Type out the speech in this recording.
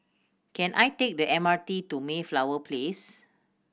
can I take the M R T to Mayflower Place